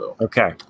Okay